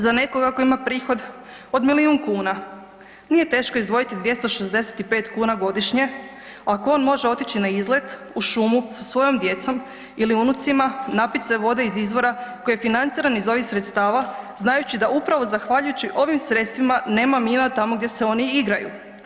Za nekoga tko ima prihod od milijun kuna nije teško izdvojiti 265 kuna godišnje ako on može otići na izlet u šumu sa svojom djecom ili unucima, napit se vode iz izvora koji je financiran iz ovih sredstava znajući da upravo zahvaljujući ovim sredstvima nema mira tamo gdje se oni igraju.